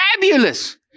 fabulous